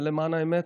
ולמען האמת,